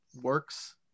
works